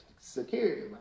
security